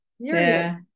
serious